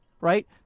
right